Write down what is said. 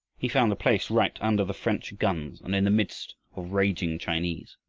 he found the place right under the french guns and in the midst of raging chinese.